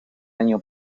año